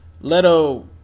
Leto